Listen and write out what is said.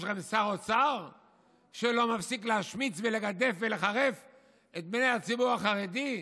יש לכם שר אוצר שלא מפסיק להשמיץ ולגדף ולחרף את בני הציבור החרדי?